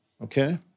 okay